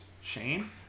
Shane